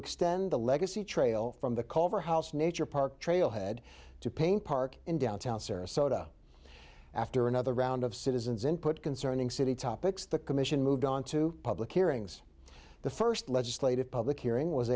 extend the legacy trail from the culverhouse nature park trailhead to pain park in downtown sarasota after another round of citizens input concerning city topics the commission moved on to public hearings the first legislative public hearing was